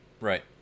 Right